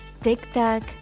Tic-tac